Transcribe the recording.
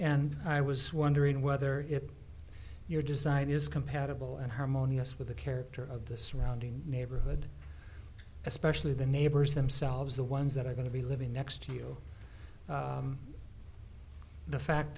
and i was wondering whether if your design is compatible and harmonious with the character of the surrounding neighborhood especially the neighbors themselves the ones that are going to be living next to you the fact